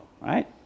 Right